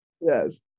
yes